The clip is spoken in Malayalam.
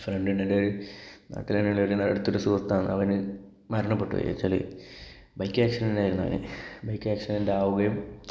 ഫ്രണ്ട് ഉണ്ട് എൻ്റെ ഒരു നാട്ടിൽ തന്നെ ഉള്ള അടുത്തൊരു സുഹൃത്താണ് അവന് മരണപ്പെട്ടുപോയി വെച്ചാല് ബൈക്ക് ആക്സിടെന്റ് ആയിരുന്നു അവന് ബൈക്ക് ആക്സിടെന്റ് ആവുകയും